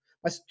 mas